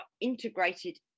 integrated